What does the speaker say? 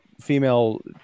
female